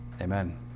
Amen